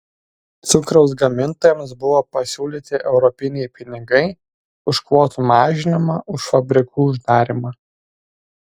cukraus gamintojams buvo pasiūlyti europiniai pinigai už kvotų mažinimą už fabrikų uždarymą